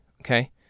okay